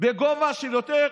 בגובה של יותר,